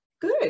good